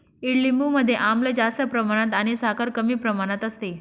ईडलिंबू मध्ये आम्ल जास्त प्रमाणात आणि साखर कमी प्रमाणात असते